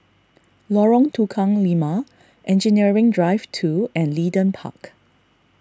Lorong Tukang Lima Engineering Drive two and Leedon Park